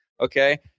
Okay